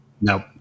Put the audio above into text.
No